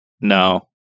No